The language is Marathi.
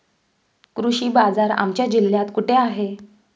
कृषी बाजार आमच्या जिल्ह्यात कुठे आहे?